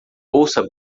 bolsa